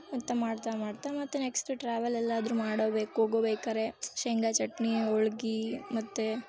ಅಂತ ಮಾಡ್ತಾ ಮಾಡ್ತಾ ಮತ್ತೆ ನೆಕ್ಸ್ಟು ಟ್ರಾವೆಲ್ಲೆಲ್ಲಾದ್ರೂ ಮಾಡಬೇಕು ಹೋಗಬೇಕಾರೆ ಶೇಂಗಾ ಚಟ್ನಿ ಹೋಳ್ಗೀ ಮತ್ತು